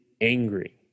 angry